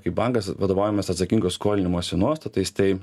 kaip bankas vadovaujamės atsakingo skolinimosi nuostatais tai